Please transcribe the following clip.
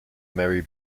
marry